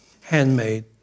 handmade